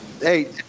Hey